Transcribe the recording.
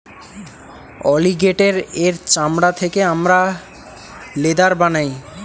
অলিগেটের এর চামড়া থেকে হামরা লেদার বানাই